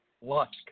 Lusk